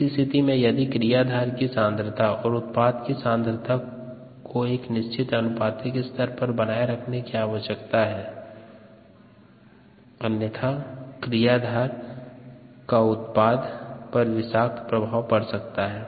इस स्थिति में यदि क्रियाधार की सांद्रता और उत्पाद की सांद्रता को एक निश्चित अनुपातिक स्तर पर बनाए रखने की आवश्यकता है अन्यथा क्रियाधार का उत्पाद पर विषाक्त प्रभाव पड़ सकता है